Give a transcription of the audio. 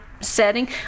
setting